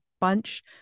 bunch